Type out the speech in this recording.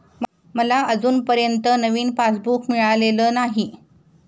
मला अजूनपर्यंत नवीन पासबुक मिळालेलं नाही